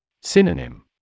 Synonym